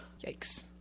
yikes